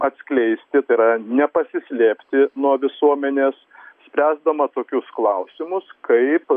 atskleisti tai yra nepasislėpti nuo visuomenės spręsdama tokius klausimus kaip